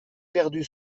perdu